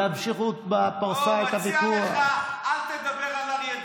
אתה רוצה שאני אדבר על ליברמן באישי?